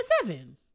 seven